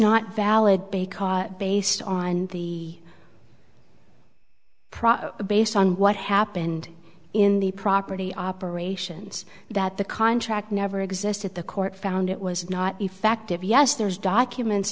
not valid because based on the profit based on what happened in the property operations that the contract never existed the court found it was not effective yes there's documents